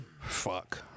fuck